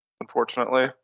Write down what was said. unfortunately